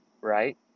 right